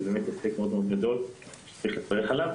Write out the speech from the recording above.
וזה הישג מאוד גדול שצריך לברך עליו.